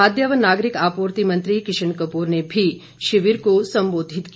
खाद्य व नागरिक आपूर्ति मंत्री किशन कपूर ने भी शिविर को संबोधित किया